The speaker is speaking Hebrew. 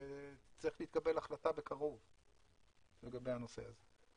וצריכה להתקבל החלטה לגבי הנושא זה בקרוב.